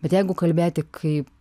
bet jeigu kalbėti kai